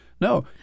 No